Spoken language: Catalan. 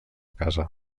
casa